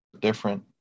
different